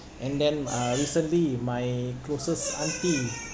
and then uh recently my closest auntie